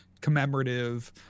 commemorative